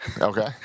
Okay